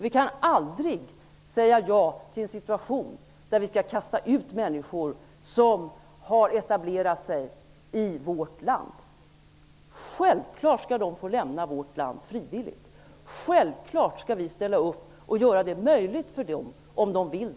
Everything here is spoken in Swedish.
Vi kan aldrig säga ja till en situation där människor som har etablerat sig i vårt land kastas ut. Självfallet skall de få lämna vårt land frivilligt. Självfallet skall vi ställa upp och göra det möjligt för dem som vill.